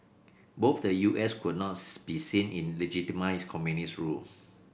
both the U S could not be seen in legitimise communist rule